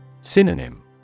Synonym